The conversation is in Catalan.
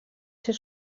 ser